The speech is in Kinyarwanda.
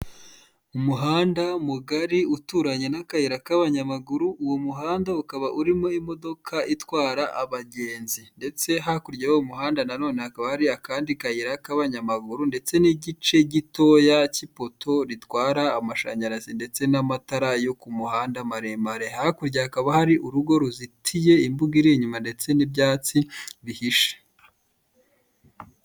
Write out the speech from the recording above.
Umuhanda mugari uturanye n'akayira k'abanyamaguru, uwo muhanda ukaba urimo imodoka itwara abagenzi. Ndetse hakurya y'uwo muhanda nanone hakaba hari akandi kayira k'abanyamaguru, ndetse n'igice gitoya cy'ipoto ritwara amashanyarazi, ndetse n'amatara yo ku muhanda maremare. Hakurya hakaba hari urugo ruzitiye, imbuga iri inyuma ndetse n'ibyatsi bihishe.